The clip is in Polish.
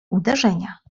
uderzenia